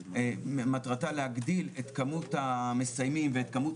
מטרתה להגדיל את כמות המסיימים ואת כמות